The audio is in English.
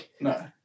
No